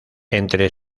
entre